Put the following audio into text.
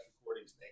recordings